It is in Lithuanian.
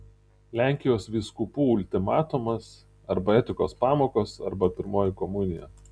lenkijos vyskupų ultimatumas arba etikos pamokos arba pirmoji komunija